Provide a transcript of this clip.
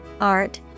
art